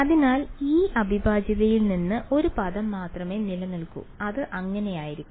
അതിനാൽ ഈ അവിഭാജ്യത്തിൽ നിന്ന് ഒരു പദം മാത്രമേ നിലനിൽക്കൂ അത് അങ്ങനെയായിരിക്കും